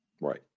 Right